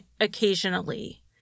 occasionally